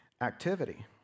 activity